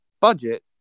budget